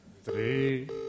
Three